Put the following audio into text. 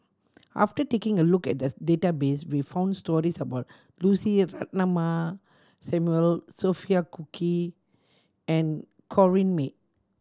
after taking a look at the database we found stories about Lucy Ratnammah Samuel Sophia Cooke and Corrinne May